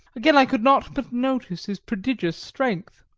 again i could not but notice his prodigious strength.